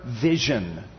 vision